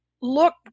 look